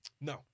No